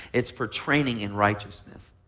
it's for training in righteousness.